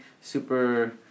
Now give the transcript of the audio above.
super